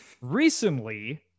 recently